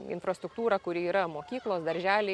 infrastruktūrą kur yra mokyklos darželiai